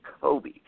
Kobe